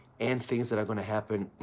and things that are going to happen,